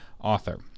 author